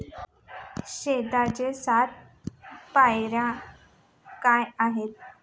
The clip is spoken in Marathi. शेतीच्या सात पायऱ्या काय आहेत?